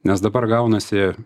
nes dabar gaunasi